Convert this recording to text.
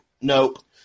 nope